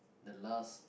the last